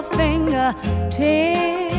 fingertips